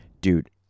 Dude